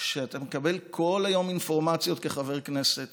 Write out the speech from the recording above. שאתה מקבל כל היום אינפורמציות כחבר כנסת